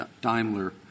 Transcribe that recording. Daimler